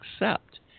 accept